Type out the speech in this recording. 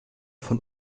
von